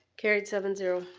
carried, seven zero.